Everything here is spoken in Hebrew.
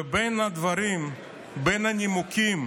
בין הנימוקים